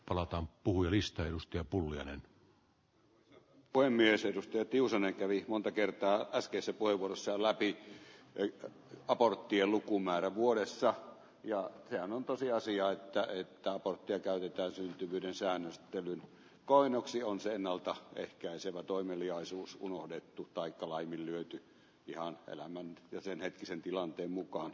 platon puhui listan edustaja pulliainen puhemies edustaja tiusanen kävi monta kertaa äskeisen kuivuus olavi eli aborttien lukumäärä vuodessa ja sehän on tosiasia että yk tapolkkia käytetään syntyvyyden säännöstelyn koitoksia on se ennalta ehkäisevä toimeliaisuus unohdettu taikka laiminlyöty ihan elämän ja senhetkisen tilanteen mukaan